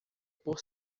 por